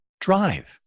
drive